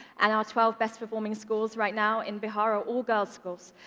and our twelve best-performing schools right now in bihar are all girls' schools.